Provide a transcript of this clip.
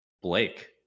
Blake